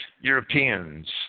Europeans